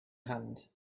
hand